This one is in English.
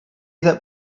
that